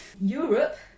Europe